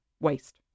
waste